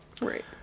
Right